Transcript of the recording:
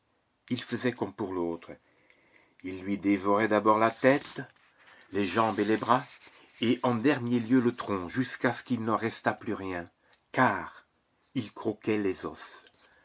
il faisait comme pour l'autre il lui dévorait d'abord la tête les jambes et les bras et en dernier lieu le tronc jusqu'à ce qu'il ne restât plus rien car il croquait les os